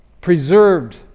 Preserved